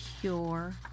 pure